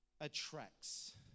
attracts